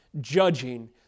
judging